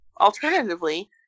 Alternatively